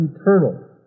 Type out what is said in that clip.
eternal